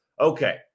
okay